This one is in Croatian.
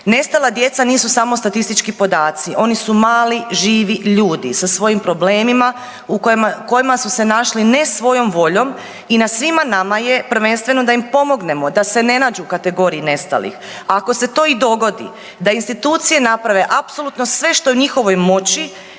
nestala djeca nisu samo statistički podaci, oni su mali živi ljudi sa svojim problemima u kojima su se našli ne svojom voljom i na svima nama je prvenstveno da im pomognemo da se ne nađu u kategoriji nestalih, a ako se to i dogodi da institucije naprave apsolutno sve što je u njihovoj moći